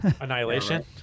Annihilation